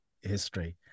history